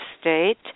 State